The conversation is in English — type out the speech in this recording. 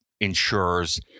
insurers